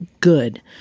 good